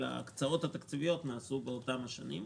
אבל ההקצאות התקציביות נעשו באותן שנים.